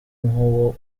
nkuwo